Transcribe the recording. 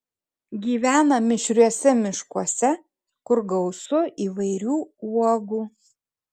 gyvena mišriuose miškuose kur gausu įvairių uogų